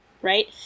Right